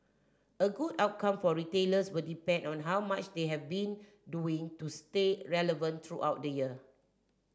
a good outcome for retailers will depend on how much they have been doing to stay relevant throughout the year